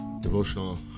devotional